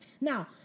Now